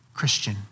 Christian